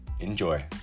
Enjoy